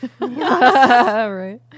Right